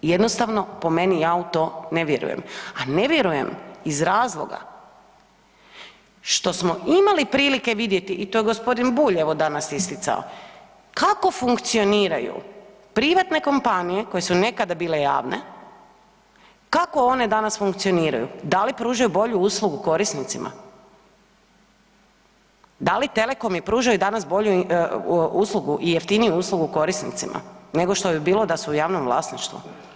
Jednostavno po meni ja u to ne vjerujem, a ne vjerujem iz razloga što smo imali prilike vidjeti i to je gospodin Bulj evo danas isticao kako funkcioniraju privatne kompanije koje su nekada bile javne, kako one danas funkcioniraju, da li pružaju bolju uslugu korisnicima, da li telekomi pružaju danas bolju uslugu i jeftiniju uslugu korisnicima nego što bi bilo da su u javnom vlasništvu?